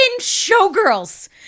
Showgirls